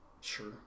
Sure